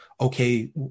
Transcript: okay